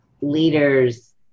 leaders